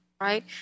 Right